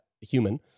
human